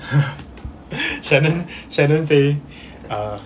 shannon shannon say